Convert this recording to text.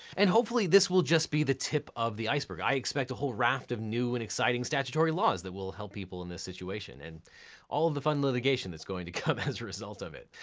and hopefully, this will just be the tip of the iceberg. i expect a whole raft of new and exciting statutory laws that will help people in this situation, and all of the fun litigation that's going to come as a result of it.